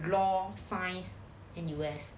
law science N_U_S